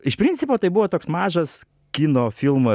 iš principo tai buvo toks mažas kino filmo